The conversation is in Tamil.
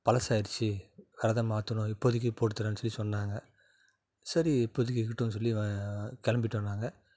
பழசாயிடுச்சி அதை மாற்றணும் இப்போதைக்கி போட்டு தர்றேன் சொல்லி சொன்னாங்க சரி இப்போதைக்கி இருக்கட்டுன்னு சொல்லி வ கிளம்பிட்டோம் நாங்கள்